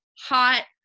hot